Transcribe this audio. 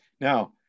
Now